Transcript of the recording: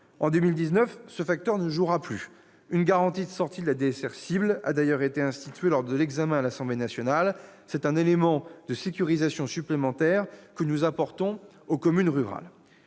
En 2019, ce facteur ne jouera plus. Une garantie de sortie de la DSR « cible » a d'ailleurs été instituée lors de l'examen du texte à l'Assemblée nationale. C'est un élément de sécurisation supplémentaire que nous apportons aux communes rurales.